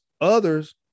others